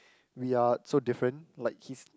we are so different like he's